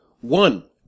One